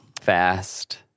Fast